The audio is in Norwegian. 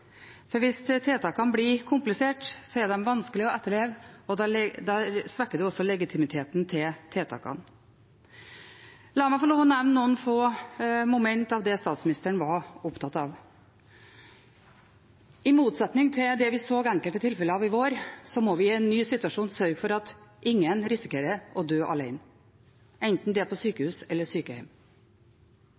for hvis tiltakene blir kompliserte, er de vanskelige å etterleve, og da svekker vi også legitimiteten til tiltakene. La meg få lov til å nevne noen få momenter i det statsministeren var opptatt av. I motsetning til det vi så enkelte tilfeller av i vår, må vi i en ny situasjon sørge for at ingen risikerer å dø alene, enten det er på sykehus eller